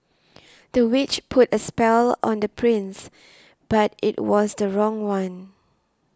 the witch put a spell on the prince but it was the wrong one